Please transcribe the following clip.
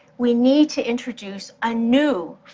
we need to introduce a new,